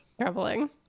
traveling